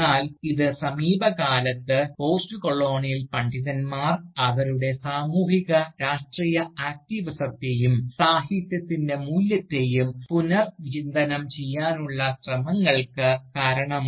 എന്നാൽ ഇത് സമീപകാലത്ത് പോസ്റ്റ്കൊളോണിയൽ പണ്ഡിതന്മാർ അവരുടെ സാമൂഹിക രാഷ്ട്രീയ ആക്ടിവിസത്തെയും സാഹിത്യത്തിൻറെ മൂല്യത്തെയും പുനർവിചിന്തനം ചെയ്യാനുള്ള ശ്രമങ്ങൾക്ക് കാരണമായി